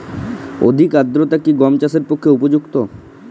অধিক আর্দ্রতা কি গম চাষের পক্ষে উপযুক্ত?